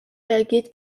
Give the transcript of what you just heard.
reagiert